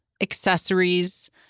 accessories